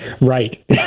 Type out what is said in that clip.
right